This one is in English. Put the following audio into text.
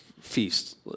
feast